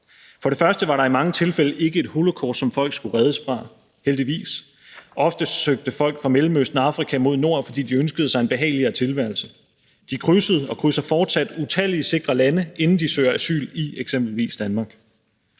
For det første var der i mange tilfælde ikke et holocaust, som folk skulle reddes fra – heldigvis. Ofte søgte folk fra Mellemøsten og Afrika mod nord, fordi de ønskede sig en behageligere tilværelse. De krydsede og krydser fortsat utallige sikre lande, inden de søger asyl i eksempelvis Danmark.